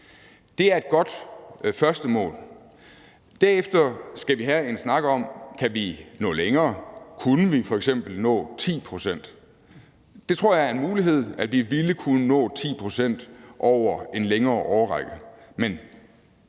Det er et godt første mål. Derefter skal vi have en snak om, om vi kan nå længere. Kunne vi f.eks. nå 10 pct.? Jeg tror, det er en mulighed, at vi ville kunne nå 10 pct. over en længere årrække,